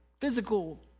physical